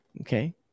Okay